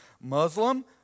Muslim